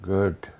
Good